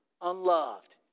unloved